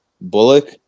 Bullock